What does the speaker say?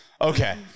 okay